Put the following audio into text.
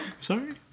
Sorry